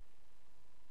בבקשה.